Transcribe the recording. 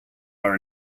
are